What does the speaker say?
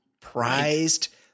prized